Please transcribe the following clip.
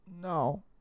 no